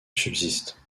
subsiste